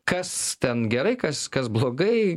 kas ten gerai kas kas blogai